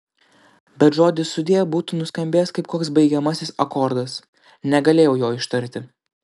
bet žodis sudie būtų nuskambėjęs kaip koks baigiamasis akordas negalėjau jo ištarti